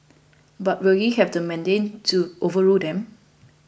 but will he have the mandate to overrule them